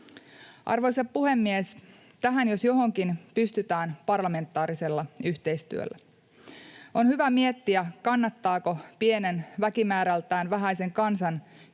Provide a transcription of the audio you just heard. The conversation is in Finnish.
Arvoisa puhemies! Tähän jos johonkin pystytään parlamentaarisella yhteistyöllä. On hyvä miettiä, kannattaako pienen, väkimäärältään vähäisen kansan